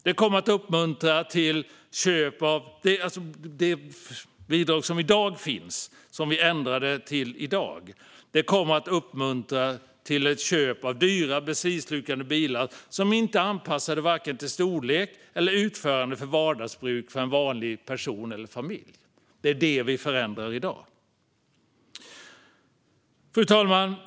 Det bidrag som i dag finns uppmuntrar till köp av dyra, bensinslukande bilar som inte är anpassade till vare sig storlek eller utförande för vardagsbruk för en vanlig person eller familj. Det är detta vi förändrar i dag. Fru talman!